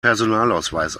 personalausweis